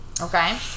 Okay